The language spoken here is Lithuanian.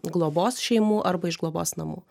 globos šeimų arba iš globos namų